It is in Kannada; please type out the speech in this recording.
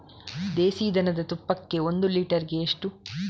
ದೇಸಿ ದನದ ತುಪ್ಪಕ್ಕೆ ಒಂದು ಲೀಟರ್ಗೆ ಎಷ್ಟು?